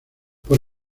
por